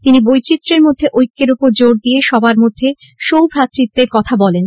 তিনি বৈচিত্র্যের মধ্যে ঐক্যের ওপর জোর দিয়ে সবার মধ্যে সৌভ্রাতৃত্বের কথা বলেন